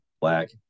black